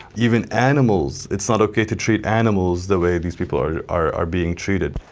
even animals, it's not okay to treat animals the way these people are are being treated.